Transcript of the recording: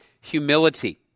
humility